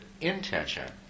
intention